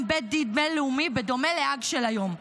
בית דין בין-לאומי בדומה להאג של היום.